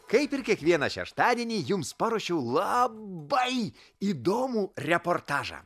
kaip ir kiekvieną šeštadienį jums paruošiau labai įdomų reportažą